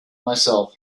myself